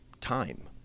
time